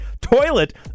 toilet